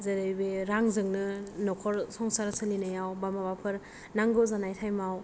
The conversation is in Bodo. जेरै बे रांजोंनो न'खर संसार सोलिनायाव बा माबाफोर नांगौ जानाय टाइमाव